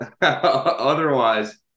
otherwise